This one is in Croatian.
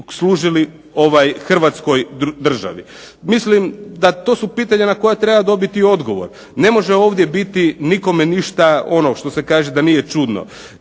služili Hrvatskoj državi. To su pitanja na koja treba dobiti odgovor. Ne može ovdje biti nikome ništa ono što se kaže da nije čudno,